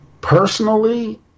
personally